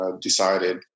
decided